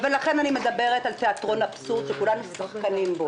לכן אני מדברת על תיאטרון אבסורד שכולנו שחקנים בו.